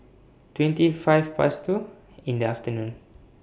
twenty five Past two in The afternoon